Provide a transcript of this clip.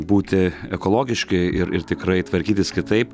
būti ekologiški ir ir tikrai tvarkytis kitaip